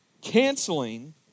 Canceling